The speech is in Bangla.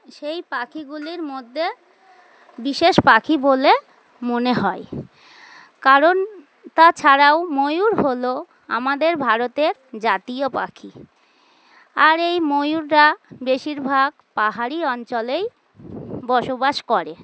সেই পাখিগুলির মধ্যে বিশেষ পাখি বলে মনে হয় কারণ তাছাড়াও ময়ূর হলো আমাদের ভারতের জাতীয় পাখি আর এই ময়ূররা বেশিরভাগ পাহাড়ি অঞ্চলেই বসবাস করে